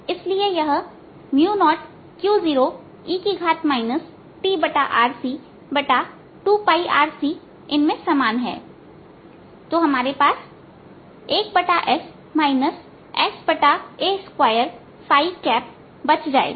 इसलिए यह 0Q0e tRC2RC इनमें समान है तो हमारे पास 1s sa2 बच जाएगा